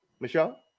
Michelle